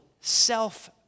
self